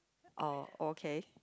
oh okay